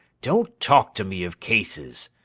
don't talk to me of cases.